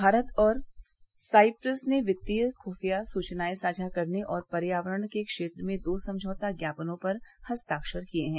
भारत और साइप्रस ने वित्तीय खुफिया सूचनाएं साझा करने और पर्यावरण के क्षेत्र में दो समझौता ज्ञापनों पर हस्ताक्वर किए हैं